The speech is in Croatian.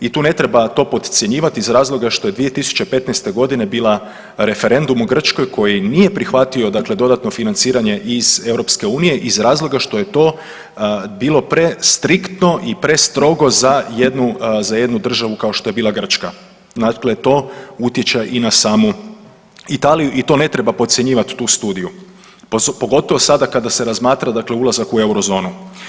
I tu ne treba to podcjenjivati iz razloga što je 2015.g. bila referendum u Grčkoj koji nije prihvatio dakle dodatno financiranje iz EU iz razloga što je to bilo prestriktno i prestrogo za jednu, za jednu državu kao što je bila Grčka, dakle to utječe i na samu Italiju i to ne treba podcjenjivat tu studiju, pogotovo sada kada se razmatra dakle ulazak u eurozonu.